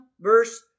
verse